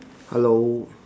hello